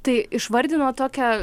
tai išvardinot tokią